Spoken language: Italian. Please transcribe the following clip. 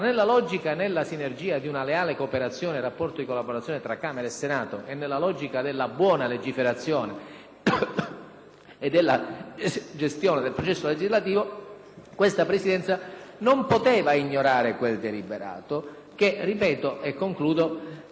e della gestione del processo legislativo, questa Presidenza non poteva ignorare quel deliberato, che - ripeto e concludo - concentrava la propria attenzione sull'esigenza e sull'inderogabilità di dare attenzione e priorità soltanto al tema della soglia.